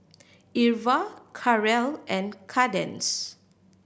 Irva Karel and Kadence